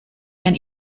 and